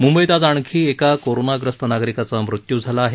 मुंबईत आज आणखी एका कोरोनाग्रस्त नागरिकाचा मृत्यू झाला आहे